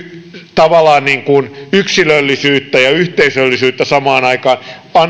tavallaan niin kuin yksilöllisyyttä ja yhteisöllisyyttä samaan aikaan